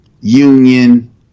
union